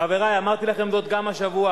חברי, אמרתי לכם זאת גם השבוע,